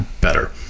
better